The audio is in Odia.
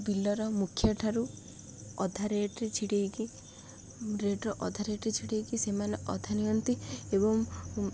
ବିଲର ମୁଖ୍ୟଠାରୁ ଅଧା ରେଟ୍ରେ ଛିଡ଼େଇକି ରେଟ୍ର ଅଧା ରେଟ୍ରେ ଛିଡ଼େଇକି ସେମାନେ ଅଧା ନିଅନ୍ତି ଏବଂ